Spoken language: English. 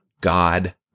God